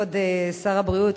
כבוד שר הבריאות,